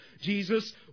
Jesus